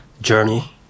journey